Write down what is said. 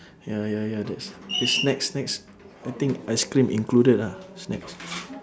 ya ya ya the the snacks snacks I think ice cream included lah snacks